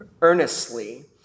earnestly